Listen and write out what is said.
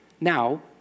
Now